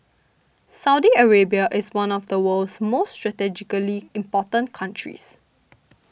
Saudi Arabia is one of the world's most strategically important countries